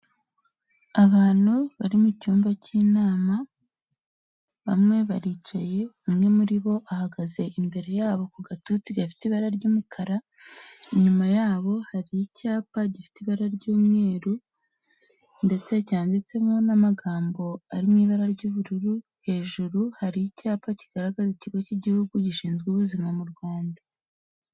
Abantu bari mu cyumba cy'inama bamwe baricaye umwe muri bo ahagaze imbere yabo ku gatuti gafite ibara ry'umukara, inyuma yabo hari icyapa gifite ibara ry'umweru ndetse cyanditsemo n'amagambo ari mu ibara ry'ubururu hejuru hari icyapa kigaragaza ikigo cy'igihugu gishinzwe ubuzima mu Rwanda.